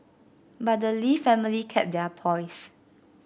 but the Lee family kept their poise